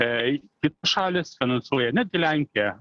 jei kitos šalys finansuoja netgi lenkija